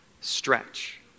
Stretch